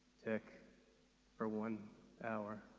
tick for one hour.